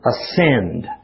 ascend